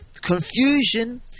confusion